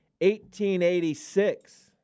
1886